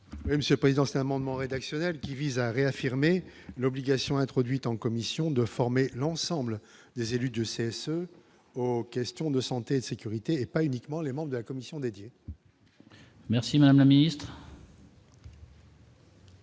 Monsieur président c'est amendements rédactionnels qui vise à réaffirmer l'obligation introduite en commission de former l'ensemble des élus de ces ce aux questions de santé, sécurité et pas uniquement les membres de la commission dédiée. Merci madame la ministre.